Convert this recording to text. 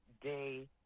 day